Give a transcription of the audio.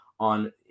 on